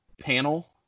panel